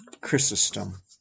Chrysostom